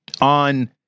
on